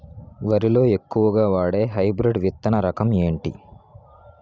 వరి లో ఎక్కువుగా వాడే హైబ్రిడ్ విత్తన రకం ఏంటి?